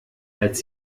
als